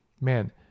man